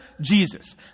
Jesus